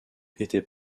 était